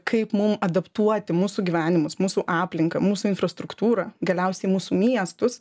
kaip mum adaptuoti mūsų gyvenimus mūsų aplinką mūsų infrastruktūrą galiausiai mūsų miestus